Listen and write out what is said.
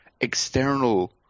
external –